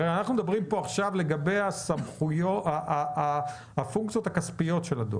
הרי אנחנו מדברים כאן עכשיו לגבי הפונקציות הכספיות של הדואר.